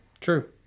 true